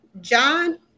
John